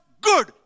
good